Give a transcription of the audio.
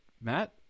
Matt